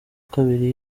kabiri